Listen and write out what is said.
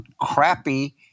crappy